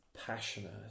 passionate